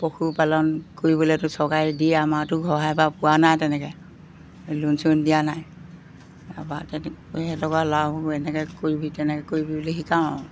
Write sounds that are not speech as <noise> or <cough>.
পশুপালন কৰিবলৈতো চৰকাৰে দিয়ে আমাৰতো <unintelligible> পোৱা নাই তেনেকৈ লোন চোন দিয়া নাই তাৰপৰা তেনেকৈয়ে সিহঁতক আৰু ল'ৰাবোৰ এনেকৈ কৰিবি তেনেকৈ কৰিবি বুলি শিকাওঁ আৰু